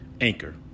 Anchor